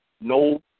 no